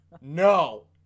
no